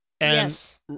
Yes